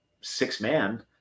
six-man